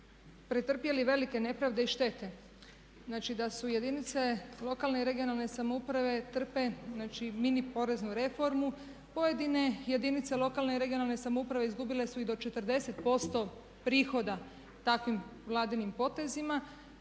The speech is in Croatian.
pretrpjeli velike nepravde i štete. Znači da su jedinice lokalne i regionalne samouprave trpe znači mini poreznu reformu, pojedine jedinice lokalne i regionalne samouprave izgubile su i do 40% prihoda takvim vladinim potezima.